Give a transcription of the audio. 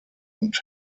und